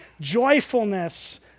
joyfulness